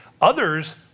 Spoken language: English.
Others